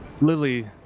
Lily